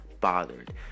bothered